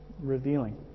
Revealing